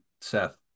Seth